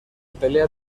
pelea